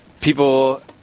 people